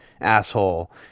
asshole